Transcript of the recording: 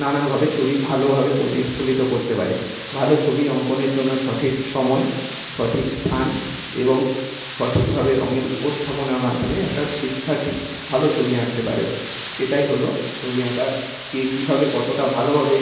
নানানভাবে ছবি ভালোভাবে প্রতিফলিত করতে পারে ভালো ছবি অঙ্কনের জন্য সঠিক সময় সঠিক স্থান এবং সঠিকভাবে রঙের উপস্থাপনার মাধ্যমে একটা শিক্ষার্থী ভালো ছবি আঁকতে পারে এটাই হলো ছবি আঁকা কে কীভাবে কতোটা ভালোভাবে